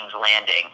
Landing